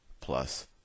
plus